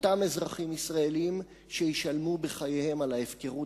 אותם אזרחים ישראלים שישלמו בחייהם על ההפקרות